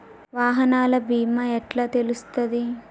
వాహనాల బీమా ఎట్ల తెలుస్తది?